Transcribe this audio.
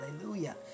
Hallelujah